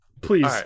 Please